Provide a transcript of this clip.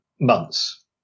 months